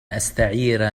أستعير